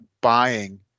buying